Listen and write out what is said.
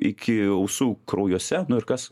iki ausų kraujuose na ir kas